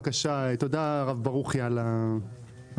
תודה, הרב ברוכי על הבקשה.